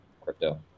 crypto